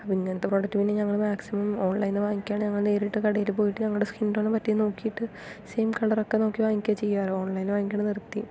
അപ്പോൾ ഇങ്ങനത്തെ പ്രോഡക്റ്റ് ഞങ്ങൾ മാക്സിമം ഓൺലൈനിൽ നിന്ന് വാങ്ങിക്കാണ് ഞങ്ങൾ നേരിട്ട് കടയിൽ പോയിട്ട് ഞങ്ങളുടെ സ്കിൻ ടോണും മറ്റും നോക്കിയിട്ട് സെയിം കളർ ഒക്കെ നോക്കി വാങ്ങിക്കുകയാ ചെയ്യാറ് ഓൺലൈനിൽ വാങ്ങിക്കുന്നത് നിർത്തി